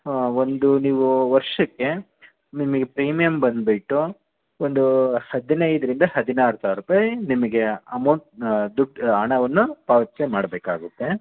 ಒಂದು ನೀವು ವರ್ಷಕ್ಕೆ ನಿಮಿಗೆ ಪ್ರೀಮಿಯಮ್ ಬಂದುಬಿಟ್ಟು ಒಂದು ಹದಿನೈದರಿಂದ ಹದಿನಾರು ಸಾವಿರ ರೂಪಾಯಿ ನಿಮಗೆ ಅಮೌಂಟ್ ದುಡ್ಡು ಹಣವನ್ನು ಪಾವತ್ಸೆ ಮಾಡಬೇಕಾಗುತ್ತೆ